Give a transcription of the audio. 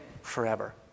forever